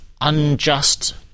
unjust